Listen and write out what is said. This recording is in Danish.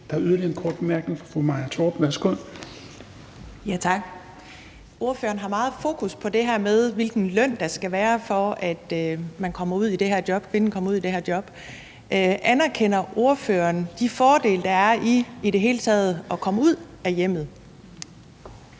Der er yderligere en kort bemærkning fra fru Maja Torp. Værsgo. Kl. 12:52 Maja Torp (V): Tak. Ordføreren har meget fokus på, hvilken løn der skal være, for at kvinderne kommer ud i de her job. Anerkender ordføreren de fordele, der er i i det hele taget at komme ud af hjemmet?